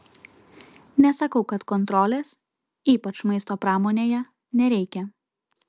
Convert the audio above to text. nesakau kad kontrolės ypač maisto pramonėje nereikia